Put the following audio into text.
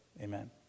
amen